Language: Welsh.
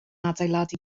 adeiladu